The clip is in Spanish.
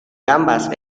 gambas